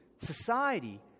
society